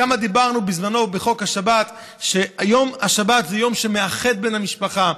כמה דיברנו בזמנו בחוק השבת שיום השבת הוא יום שמאחד את המשפחה,